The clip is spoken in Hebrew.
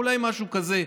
אולי משהו כזה.